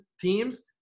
teams